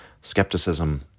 Skepticism